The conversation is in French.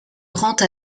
rente